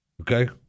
Okay